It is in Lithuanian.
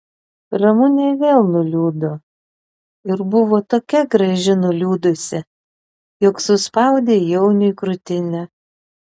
ramunė vėl nuliūdo ir buvo tokia graži nuliūdusi jog suspaudė jauniui krūtinę